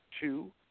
two